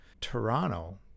Toronto